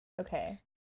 Okay